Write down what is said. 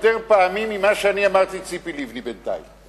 פעמים ממה שאני אמרתי ציפי לבני בינתיים,